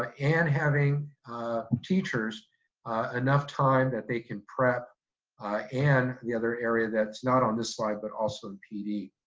ah and having teachers enough time that they can prep and the other area that's not on this slide but also in pd.